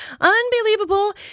Unbelievable